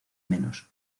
menos